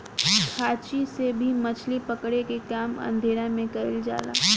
खांची से भी मछली पकड़े के काम अंधेरा में कईल जाला